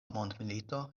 mondmilito